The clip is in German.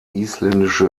isländische